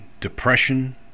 depression